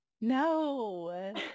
No